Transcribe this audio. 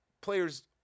players